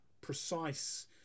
precise